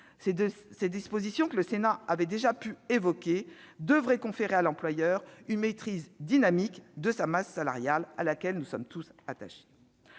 Ces dispositions, que la Haute Assemblée avait déjà pu évoquer, devraient conférer à l'employeur une maîtrise dynamique de sa masse salariale, ce à quoi nous sommes tous attachés.